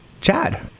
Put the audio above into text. Chad